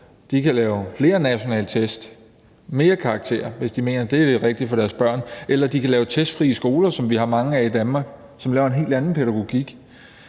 De kan lave flere nationale test og flere karakterer, hvis de mener, at det er det rigtige for deres børn, eller de kan lave testfrie skoler, som vi har mange af i Danmark, og som har en helt anden pædagogik.